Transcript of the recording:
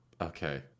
Okay